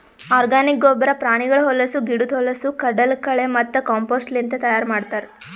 organic ಗೊಬ್ಬರ ಪ್ರಾಣಿಗಳ ಹೊಲಸು, ಗಿಡುದ್ ಹೊಲಸು, ಕಡಲಕಳೆ ಮತ್ತ ಕಾಂಪೋಸ್ಟ್ಲಿಂತ್ ತೈಯಾರ್ ಮಾಡ್ತರ್